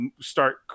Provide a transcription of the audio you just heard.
start